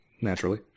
naturally